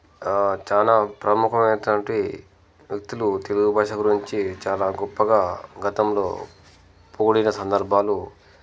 చాలా ప్రముఖమైనటువంటి వ్యక్తులు తెలుగు భాష గురించి చాలా గొప్పగా గతంలో పొగిడిన సందర్భాలు